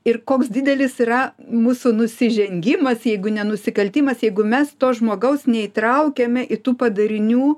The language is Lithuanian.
ir koks didelis yra mūsų nusižengimas jeigu ne nusikaltimas jeigu mes to žmogaus neįtraukiame į tų padarinių